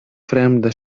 fremda